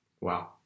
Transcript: Wow